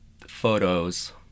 photos